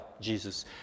Jesus